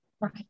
Right